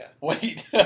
Wait